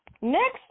next